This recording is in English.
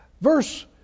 Verse